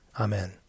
Amen